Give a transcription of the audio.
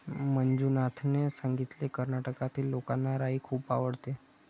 मंजुनाथने सांगितले, कर्नाटकातील लोकांना राई खूप आवडते